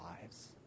lives